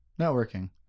networking